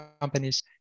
companies